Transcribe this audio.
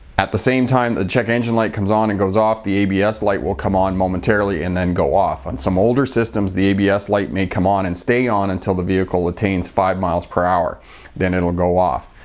at the same time the check engine light comes on and goes off, the abs light will come on momentarily and then go off. on some older systems, systems, the abs light may come on and stay on until the vehicle attains five miles per hour then it will go off.